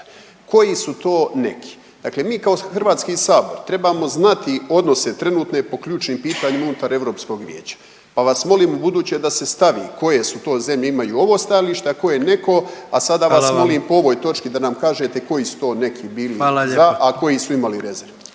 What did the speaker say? Koji su to neki? Dakle mi kao HS trebamo znati odnose trenutne po ključnim pitanjima unutar EV-a pa vas molim ubuduće da se stavi koje su te zemlje, imaju ovo stajalište, a koje neko, a sada vas .../Upadica: Hvala vam./... molim po ovoj točki da nam kažete koji su to neki bili .../Upadica: Hvala